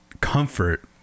comfort